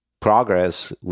progress